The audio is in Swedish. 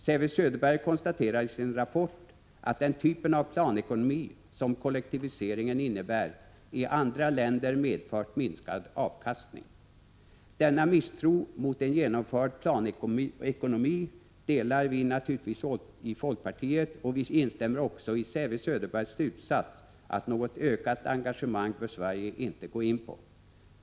Säve-Söderberg konstaterar i sin rapport att den typ av planekonomi som kollektiviseringen innebär i andra länder medfört minskad avkastning. Denna misstro mot en genomförd planekonomi delar naturligtvis vi i folkpartiet, och vi instämmer också i Säve-Söderbergs slutsats, att Sverige inte bör öka sitt engagemang.